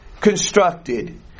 constructed